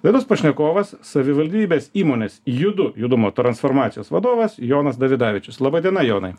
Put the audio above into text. laidos pašnekovas savivaldybės įmonės judu judumo transformacijos vadovas jonas davidavičius laba diena jonai